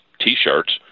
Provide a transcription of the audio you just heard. t-shirts